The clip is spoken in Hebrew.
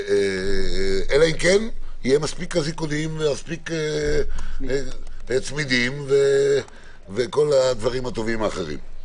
אלא אם כן יהיה מספיק אזיקונים ומספיק צמידים וכל הדברים הטובים האחרים.